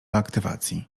aktywacji